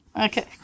Okay